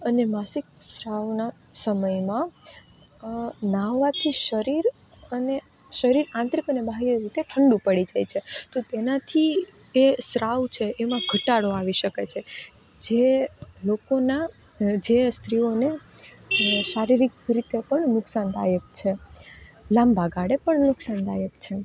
અને માસિક સ્રાવના સમયમાં નહાવાથી શરીર અને શરીર આંતરિક અને બાહ્ય રીતે ઠંડું પડી જાય તો તેનાથી એ સ્રાવ છે એમાં ઘટાડો આવી શકે છે જે લોકોના જે સ્ત્રીઓને શારીરિક રીતે પણ નુકસાનદાયક છે લાંબાગાળે પણ નુકસાનદાયક છે